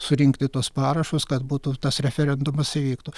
surinkti tuos parašus kad būtų tas referendumas įvyktų